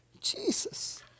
Jesus